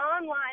online